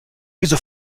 wieso